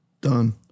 Done